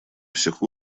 всех